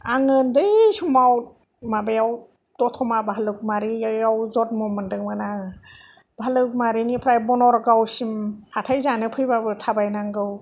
आं उन्दै समाव माबायाव दतमा भालुकमारियाव जनम मोनदोंमोन आरो भालुकमारिनिफ्राय बनरगावसिम हाथाय जानो फैबाबो थाबायनांगौ